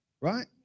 right